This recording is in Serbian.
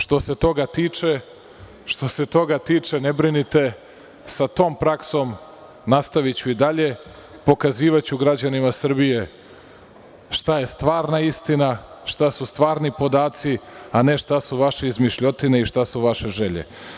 Što se toga tiče, ne brinite, sa tom praksom nastaviću i dalje, pokazivaću građanima Srbije šta je stvarna istina, šta su stvari podaci, a ne šta su vaše izmišljotine i šta su vaše želje.